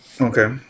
Okay